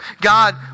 God